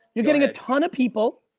you're getting a ton of people,